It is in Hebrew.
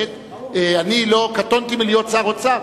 אני קטונתי מלהיות שר האוצר,